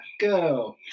go